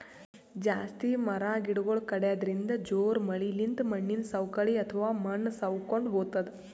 ಜಾಸ್ತಿ ಮರ ಗಿಡಗೊಳ್ ಕಡ್ಯದ್ರಿನ್ದ, ಜೋರ್ ಮಳಿಲಿಂತ್ ಮಣ್ಣಿನ್ ಸವಕಳಿ ಅಥವಾ ಮಣ್ಣ್ ಸವಕೊಂಡ್ ಹೊತದ್